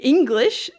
English